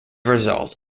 result